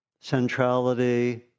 centrality